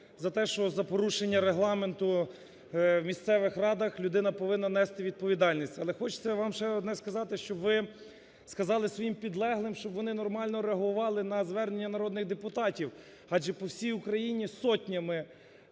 За те, що за порушення регламенту у місцевих радах людина повинна нести відповідальність. Але хочеться вам ще одне сказати, щоб ви сказали своїм підлеглим, щоб вони нормально реагували на звернення народних депутатів, адже по всій Україні сотнями